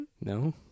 No